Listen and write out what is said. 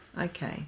Okay